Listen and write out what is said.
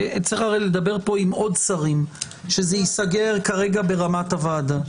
צריך הרי לדבר פה עם עוד שרים שזה ייסגר כרגע ברמת הוועדה.